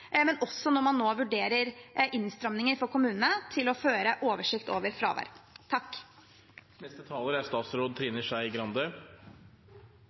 men også når man nå vurderer innstramminger for kommunene i å føre oversikt over fravær. Tusen takk